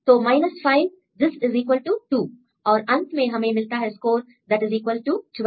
तो 5 this is equal to 2 और अंत में हमें मिलता है score that is equal to 12